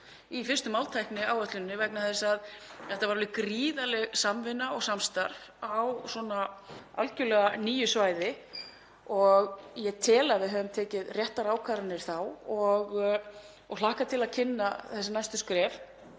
í fyrstu máltækniáætluninni vegna þess að þetta var alveg gríðarleg samvinna og samstarf á algerlega nýju svæði og ég tel að við höfum tekið réttar ákvarðanir þá og ég hlakka til að kynna þessi næstu skref.